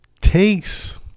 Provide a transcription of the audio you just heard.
takes